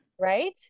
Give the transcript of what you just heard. Right